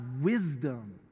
wisdom